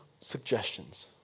suggestions